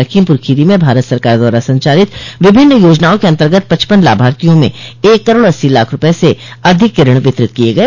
लखीमपुर खीरी में भारत सरकार द्वारा संचालित विभिन्न योजनाओं के अन्तर्गत पचपन लाभार्थियों में एक करोड़ अस्सी लाख रूपये से अधिक के ऋण वितरित किये गये